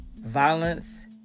violence